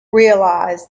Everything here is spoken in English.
realise